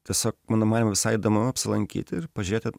tiesiog mano manymu visai įdomu apsilankyti ir pažiūrėti